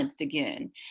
again